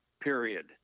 period